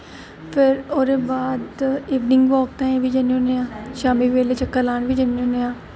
फिर ओह्दे बाद इवनिंग वॉक ताहीं बी जन्ने होने आं शामीं बेल्लै चक्कर लान बी जन्नी होने आं